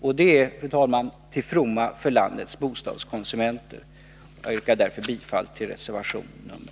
Och det är, fru talman, till ftromma för landets bostadskonsumenter. Jag yrkar därmed bifall till reservation 5.